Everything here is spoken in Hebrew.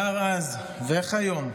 כבר אז, וכיום,